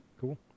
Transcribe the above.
Cool